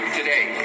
today